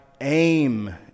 aim